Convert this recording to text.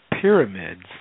pyramids